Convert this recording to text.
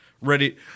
Ready